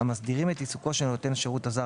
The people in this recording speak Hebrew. המסדירים את עיסוקו של נותן השירות הזר